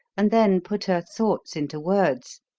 and then put her thoughts into words.